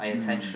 mm